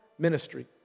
Ministry